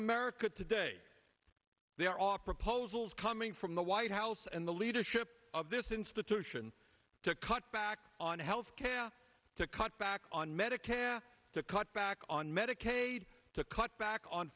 america today they are all proposals coming from the white house and the leadership of this institution to cut back on health care to cut back on medicare to cut back on medicaid to cut back on